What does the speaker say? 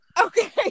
okay